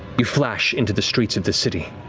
you flash into the streets of the city.